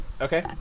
Okay